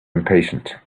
impatient